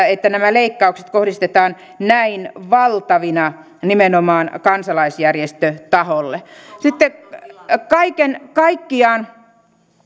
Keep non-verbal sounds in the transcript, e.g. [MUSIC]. [UNINTELLIGIBLE] että nämä leikkaukset kohdistetaan näin valtavina nimenomaan kansalaisjärjestötaholle kaiken kaikkiaan